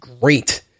great